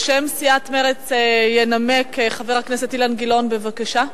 בשם סיעת מרצ ינמק חבר הכנסת אילן גילאון, בבקשה.